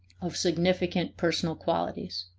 of significant personal qualities?